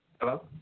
Hello